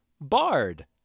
bard